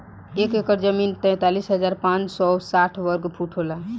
एक एकड़ जमीन तैंतालीस हजार पांच सौ साठ वर्ग फुट होला